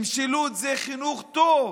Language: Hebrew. משילות זה חינוך טוב,